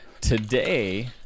Today